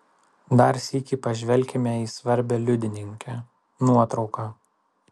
dar sykį pažvelkime į svarbią liudininkę nuotrauką